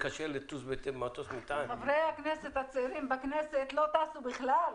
טיסות מטען יוצאות יכולות להוציא נוסעים שקיבלו אישור?